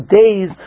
days